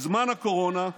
בזמן הקורונה,